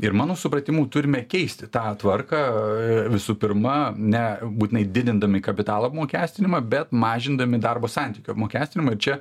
ir mano supratimu turime keisti tą tvarką visų pirma ne būtinai didindami kapitalo apmokestinimą bet mažindami darbo santykių apmokestinimą čia